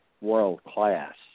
world-class